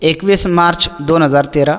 एकवीस मार्च दोन हजार तेरा